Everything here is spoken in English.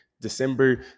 December